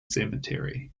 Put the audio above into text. cemetery